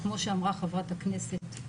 כמו שאמרה חברת הכנסת,